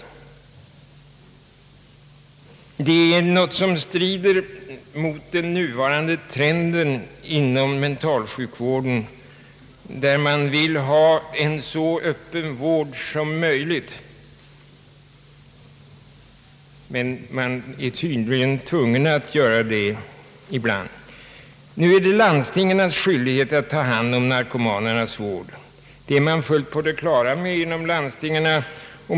Den stränga isoleringen är något som strider mot den nuvarande trenden inom mentalsjukvården, där man vill ha en så öppen vård som möjligt. Ibland är det emellertid nödvändigt med noggrann isolering, det förefaller vara ovedersägligt. Nu är det landstingens skyldighet att ta hand om vården av narkomaner, det är man fullt på det klara med inom landstingen.